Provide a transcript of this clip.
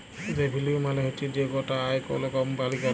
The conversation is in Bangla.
রেভিলিউ মালে হচ্যে যে গটা আয় কল কম্পালি ক্যরে